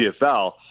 CFL